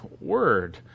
word